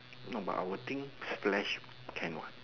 no but I will think Flash can what